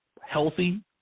healthy